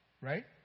right